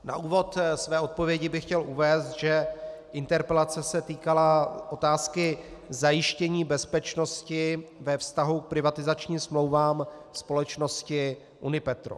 Na úvod své odpovědi bych chtěl uvést, že interpelace se týkala otázky zajištění bezpečnosti ve vztahu k privatizačním smlouvám společnosti Unipetrol.